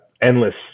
endless